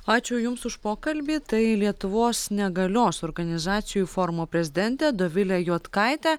ačiū jums už pokalbį tai lietuvos negalios organizacijų forumo prezidentė dovilė juodkaitė